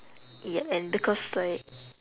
ya and because like